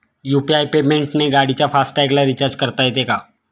UPI पेमेंटने गाडीच्या fast टॅगला रिर्चाज करता येते का?